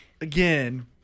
again